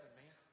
man